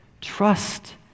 Trust